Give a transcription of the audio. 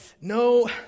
no